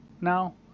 now